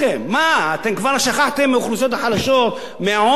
מה, אתם כבר שכחתם מהאוכלוסיות החלשות, מהעוני?